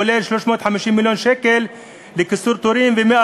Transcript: כולל 350 מיליון שקל לקיצור תורים ו-100